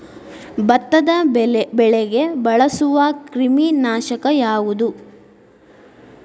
ಭತ್ತದ ಬೆಳೆಗೆ ಬಳಸುವ ಕ್ರಿಮಿ ನಾಶಕ ಯಾವುದು?